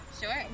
Sure